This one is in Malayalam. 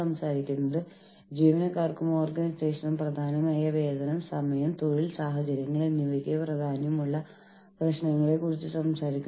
തുടർന്ന് യൂണിയൻ സ്വീകാര്യത യൂണിയനുകളെ അംഗീകരിക്കുന്നതിനുള്ള വിശ്വാസം എന്നിവയെ ചുറ്റിപ്പറ്റിയാണ് നമ്മൾ നമ്മളുടെ മാനവ വിഭവശേഷി തന്ത്രം നിർമ്മിക്കുന്നത്